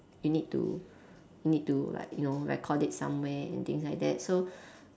you need to need to like you know record it somewhere and things like that so